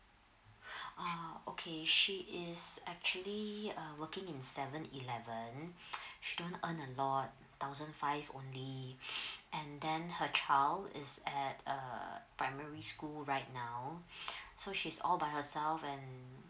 ah okay she is actually uh working in seven eleven she don't earn a lot thousand five only and then her child is at err primary school right now so she's all by herself and